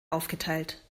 aufgeteilt